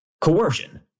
coercion